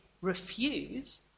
refuse